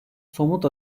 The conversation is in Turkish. somut